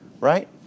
Right